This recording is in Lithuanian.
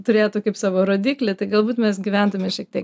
turėtų kaip savo rodiklį tai galbūt mes gyventume šiek tiek